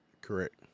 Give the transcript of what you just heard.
Correct